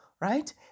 right